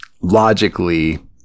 logically